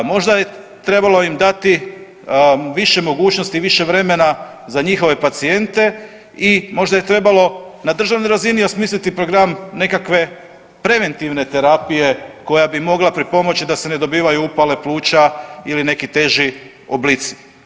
Možda je trebalo im dati više mogućnosti i više vremena za njihove pacijente i možda je trebalo na državnoj razini osmisliti program nekakve preventivne terapije koja bi mogla pripomoći da se ne dobivaju upale pluća ili neki teži oblici.